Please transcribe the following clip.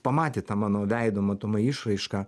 pamatė tą mano veido matomai išraišką